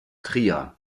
trier